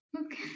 Okay